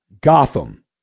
Gotham